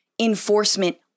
enforcement